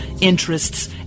interests